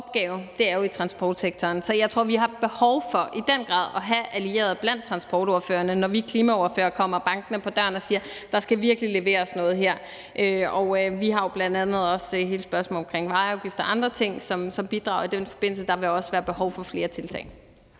opgave, er i transportsektoren. Så jeg tror, at vi i den grad har behov for at have allierede blandt transportordførerne, når vi klimaordførere kommer og banker på døren og siger: Der skal virkelig leveres noget her. Vi har jo bl.a. også hele spørgsmålet omkring vejafgifter og andre ting, som så bidrager i den forbindelse, og der vil også være behov for flere tiltag.